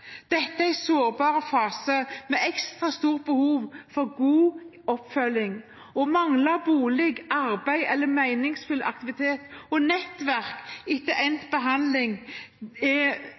Dette er en sårbar fase med ekstra stort behov for god oppfølging. Å mangle bolig, arbeid eller meningsfull aktivitet og nettverk etter endt behandling